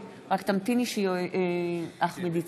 מצביע יעל כהן-פארן,